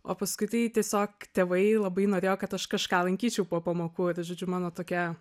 o paskui tai tiesiog tėvai labai norėjo kad aš kažką lankyčiau po pamokų tai žodžiu mano tokia